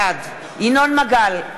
בעד ינון מגל,